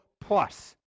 plus